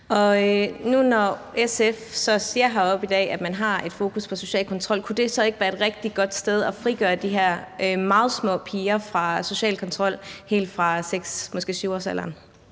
talerstolen, at man har et fokus på social kontrol, kunne det så ikke være en rigtig god måde at frigøre de her meget små piger helt ned til 6-7-årsalderen